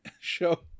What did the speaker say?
show